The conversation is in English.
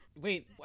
Wait